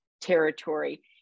territory